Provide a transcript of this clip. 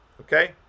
okay